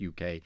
UK